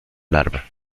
alarma